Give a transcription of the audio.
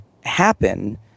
Happen